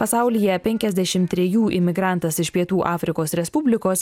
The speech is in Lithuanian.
pasaulyje penkiasdešim trejų imigrantas iš pietų afrikos respublikos